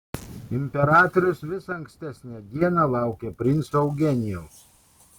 imperatorius visą ankstesnę dieną laukė princo eugenijaus